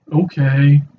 okay